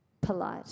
Polite